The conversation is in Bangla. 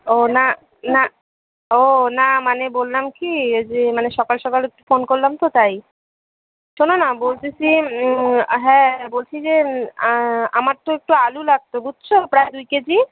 ও না না ও না মানে বললাম কী এ যে মানে সকাল সকাল একটু ফোন করলাম তো তাই শোনো না বলতেসি হ্যাঁ বলছি যে আমার তো একটু আলু লাগত বুঝেছ প্রায় দুই কেজি